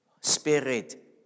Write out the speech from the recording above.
spirit